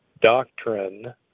doctrine